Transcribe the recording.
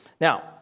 Now